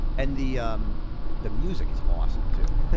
and the um the music is awesome too.